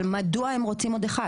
אבל מדוע הם רוצים עוד אחד?